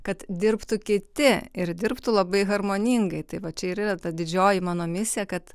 kad dirbtų kiti ir dirbtų labai harmoningai tai va čia ir yra ta didžioji mano misija kad